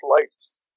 lights